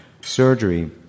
surgery